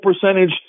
percentage